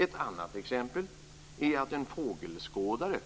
Ett annat exempel är att en fågelskådare